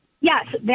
Yes